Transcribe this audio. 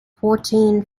fourteen